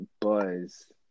Buzz